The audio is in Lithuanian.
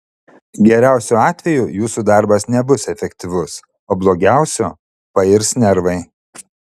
geriausiu atveju jūsų darbas nebus efektyvus o blogiausiu pairs nervai